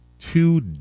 two